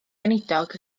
weinidog